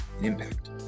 impact